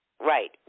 right